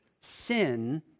sin